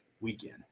weekend